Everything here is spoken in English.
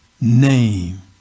name